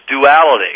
duality